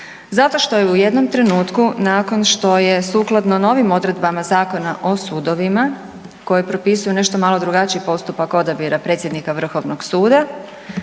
Zato što je u jednom trenutku nakon što je sukladno novim odredbama Zakona o sudovima koji propisuju nešto malo drugačiji postupak odabira predsjednika Vrhovnog suda